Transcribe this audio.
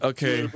Okay